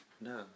No